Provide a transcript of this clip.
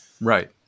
Right